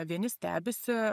vieni stebisi